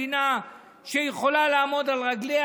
מדינה שיכולה לעמוד על רגליה.